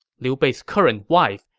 liu bei's current wife,